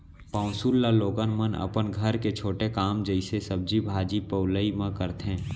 पौंसुल ल लोगन मन अपन घर के छोटे काम जइसे सब्जी भाजी पउलई म करथे